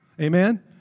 Amen